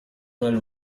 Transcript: nel